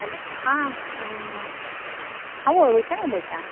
हॅल् आं हांव वळवयच्यान उलयतां